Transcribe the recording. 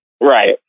Right